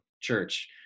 church